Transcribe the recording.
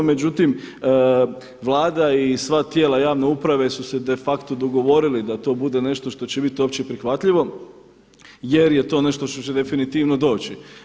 Međutim, Vlada i sva tijela javne uprave su se de facto dogovorili da to bude nešto što će biti opće prihvatljivo jer je to nešto što će definitivno doći.